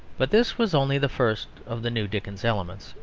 but this was only the first of the new dickens elements,